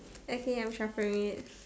okay I am shuffling it